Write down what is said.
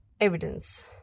evidence